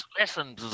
Listen